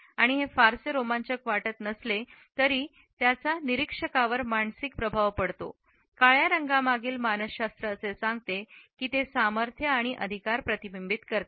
आणि हे फारसे रोमांचक वाटत नसले तरी त्याचा निरीक्षकावर मानसिक प्रभाव पडतो काळ्या रंगामागील मानसशास्त्र असे सांगते की ते सामर्थ्य आणि अधिकार प्रतिबिंबित करते